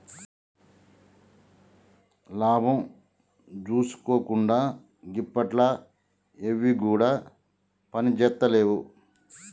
లాభం జూసుకోకుండ గిప్పట్ల ఎవ్విగుడ పనిజేత్తలేవు